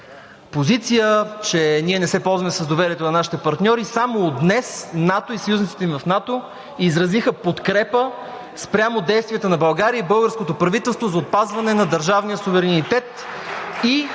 позиция, че ние не се ползваме с доверието на нашите партньори. Само днес НАТО и съюзните в НАТО изразиха подкрепа спрямо действията на България и българското правителство за опазване на държавния суверенитет